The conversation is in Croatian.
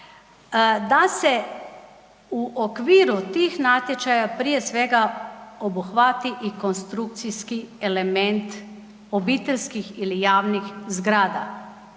da se u okviru tih natječaja prije svega obuhvati i konstrukcijski element obiteljskih ili javnih zgrada.